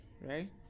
right